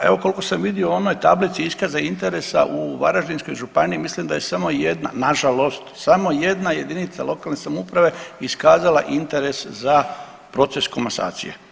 Pa evo koliko sam vidio u onoj tablici iskaza interesa u Varaždinskoj županiji mislim da je samo jedna, nažalost, samo jedna jedinica lokalne samouprave iskazala interes za proces komasacije.